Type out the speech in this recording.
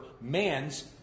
man's